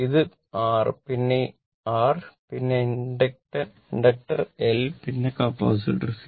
ഇത് R പിന്നെ r പിന്നെ ഇൻഡക്ടർ L പിന്നെ കപ്പാസിറ്റർ C